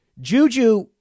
Juju